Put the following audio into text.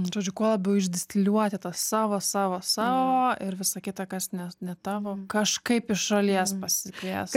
žodžiu kuo labiau išdistiliuoti tą savo savo savo ir visa kita kas ne ne tavo kažkaip iš šalies pasikviest